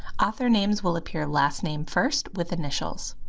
author names will appear last name first, with initials.